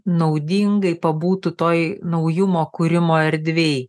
naudingai pabūtų toj naujumo kūrimo erdvėj